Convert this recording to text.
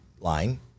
line